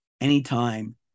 anytime